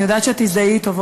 אני יודעת שאת תזדהי אתו,